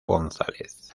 gonzález